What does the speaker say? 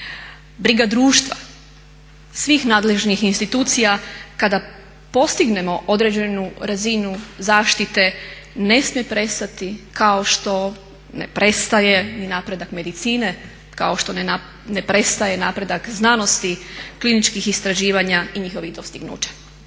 briga društva svih nadležnih institucija kada postignemo određenu razinu zaštite ne smije prestati kao što ne prestaje ni napredak medicine, kao što ne prestaje napredak znanosti, kliničkih istraživanja i njihovih dostignuća.